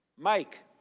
mike,